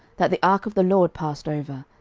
that the ark of the lord passed over,